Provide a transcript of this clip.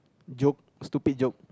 jokes stupid joke